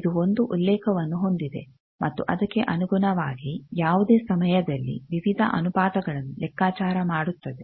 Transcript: ಇದು ಒಂದು ಉಲ್ಲೇಖವನ್ನು ಹೊಂದಿದೆ ಮತ್ತು ಅದಕ್ಕೆ ಅನುಗುಣವಾಗಿ ಯಾವುದೇ ಸಮಯದಲ್ಲಿ ವಿವಿಧ ಅನುಪಾತಗಳನ್ನು ಲೆಕ್ಕಾಚಾರ ಮಾಡುತ್ತದೆ